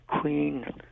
queen